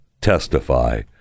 testify